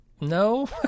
No